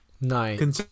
nine